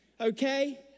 okay